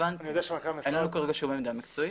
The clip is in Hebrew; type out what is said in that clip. אין לנו כרגע כל עמדה מקצועית.